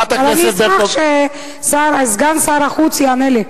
אבל אני אשמח שסגן שר החוץ יענה לי.